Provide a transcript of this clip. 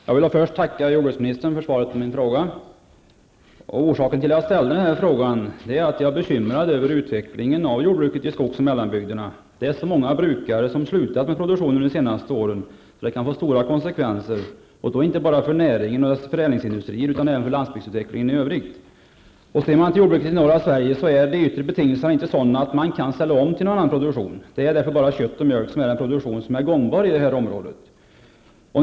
Herr talman! Jag vill först tacka jordbruksministern för svaret på min fråga. Orsaken till att jag ställde den är att jag är bekymrad över utvecklingen av jordbruket i skogsoch mellanbygderna. Det förhållandet att så många brukare har upphört med produktionen under de senaste åren kan få stora konsekvenser, inte bara för näringen och för förädlingsindustrin utan även för landsbygdsutvecklingen i övrigt. De yttre betingelserna för jordbruket i norra Sverige är inte sådana att man kan ställa om till annan produktion. Kött och mjölkproduktion är det enda gångbara inom det området.